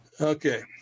Okay